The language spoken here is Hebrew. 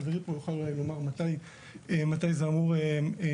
חברי פה יוכל אולי לומר מתי זה אמור להתרחש,